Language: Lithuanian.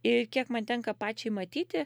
ir kiek man tenka pačiai matyti